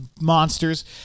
monsters